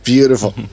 beautiful